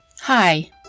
Hi